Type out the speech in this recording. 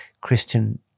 Christian